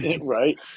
Right